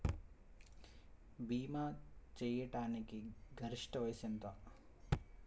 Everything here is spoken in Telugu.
భీమా చేయాటానికి గరిష్ట వయస్సు ఎంత?